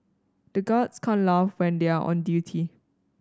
the guards can't laugh when they are on duty